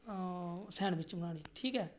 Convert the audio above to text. हां सेंडबिच बनानी ठीक ऐ